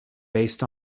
based